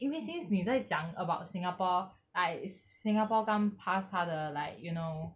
因为 since 你在讲 about singapore I singapore 刚 pass 他的 like you know